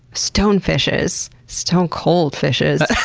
stonefishes. stonecoldfishes.